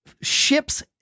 ships